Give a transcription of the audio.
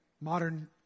modern